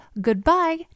goodbye